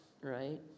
right